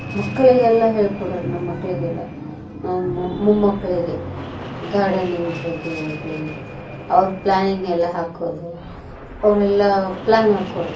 ಮಕ್ಕಳಿಗೆಲ್ಲ ಹೇಳ್ಕೊಡೋರು ನಮ್ಮ ಮಕ್ಕಳಿಗೆಲ್ಲ ಮೊಮ್ಮಕ್ಕಳಿಗೆ ಗಾರ್ಡನಿಂಗ್ ಬಗ್ಗೆ ಆಗಲೀ ಅವ್ರ ಪ್ಲ್ಯಾನಿಂಗ್ ಎಲ್ಲ ಹಾಕೋದು ಅವರೆಲ್ಲಾ ಪ್ಲ್ಯಾನ್ ಹಾಕೋರು